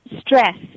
stress